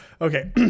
okay